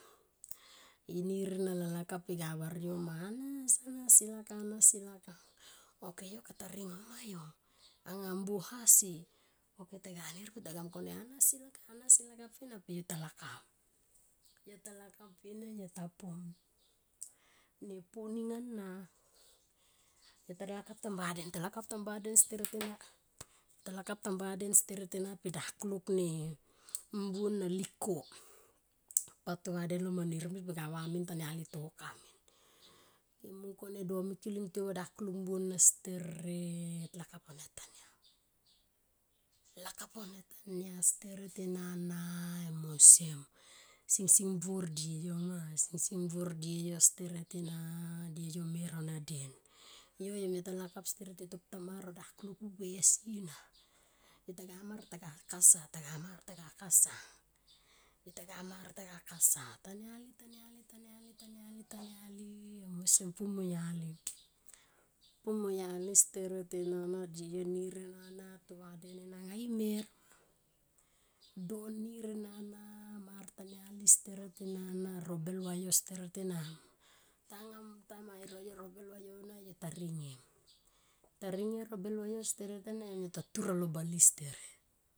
Inir ena lalakap iga van yo ma anas anas, i takap anas i lakap ok yo kata ringo ma yo anga mbuo asie. Yo betaga nin yo betaga mung kone anas ilakap anas ilakap mina pe yo ta lakap. Yota lakap ena pe yo ta pu. Yo ta lakap ena ta pum ne pu ning ana yo ta lakap tamba den. ta lakap tam baden steret ena. ta lakap tam ba den steret ena pe da kuluk ne mbuo na lik ko pa to va den lo manir mim be ka va tania li ko min ke mung kone domiki ling tiou va dakulik mbuo na steret lakap au na nia tania. Lakap au nia tania steret ena em osem singsing bor die yo ma. Sing sing buor die yo steret na die yo mer mona den yo mita lakap steret yo topu ta mar ao dakulik vue sina yo tago martago kasa taga mar taga kasa yo taga ma taga kasa tania li tania li tanial taniali tania il em osem pu mo yali. pu mo yali setret ena na die yo nir ena na to vaden na anga i men ma. Dan nir ena na man tama li steret ena na robel va yo steret ena tanga. tim anga ro bel vayo ena yo ta ringe robek va yo steret ena yo ta tur alo bale steret